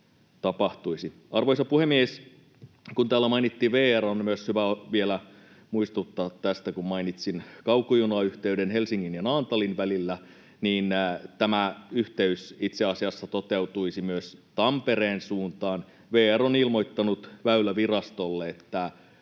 Arvoisa puhemies! Kun täällä mainittiin VR, on myös hyvä vielä muistuttaa tästä, kun mainitsin kaukojunayhteyden Helsingin ja Naantalin välillä, että tämä yhteys itse asiassa toteutuisi myös Tampereen suuntaan. VR on ilmoittanut Väylävirastolle, että